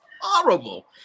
horrible